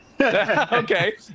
Okay